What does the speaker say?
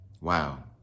Wow